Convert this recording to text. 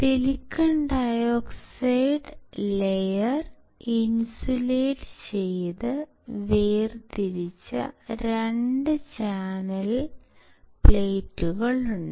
SiO2 layer insulate ചെയ്ത് വേർതിരിച്ച 2 ചാലക പ്ലേറ്റുകളുണ്ട്